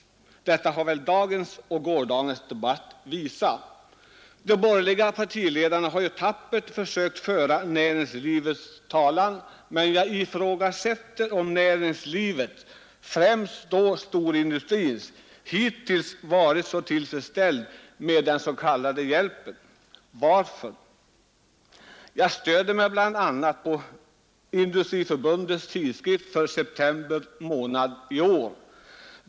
Detta har väl dagens och gårdagens debatt visat. De borgerliga partiledar na har ju tappert försökt föra näringslivets talan, men jag ifrågasätter ändock om näringslivet — främst då storindustrin — hittills varit så tillfredsställd med den s.k. hjälpen, Varför? Jag stöder mig bl.a. på Industriförbundets tidskrift för september i år.